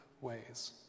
ways